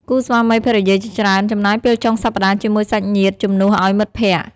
គូស្វាមីភរិយាជាច្រើនចំណាយពេលចុងសប្តាហ៍ជាមួយសាច់ញាតិ ជំនួសឲ្យមិត្តភក្តិ។